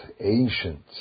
ancient